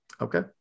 Okay